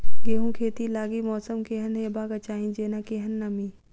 गेंहूँ खेती लागि मौसम केहन हेबाक चाहि जेना केहन नमी?